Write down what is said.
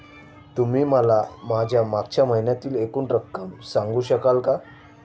तुम्ही मला माझ्या मागच्या महिन्यातील एकूण रक्कम सांगू शकाल का?